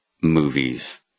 movies